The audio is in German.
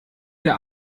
der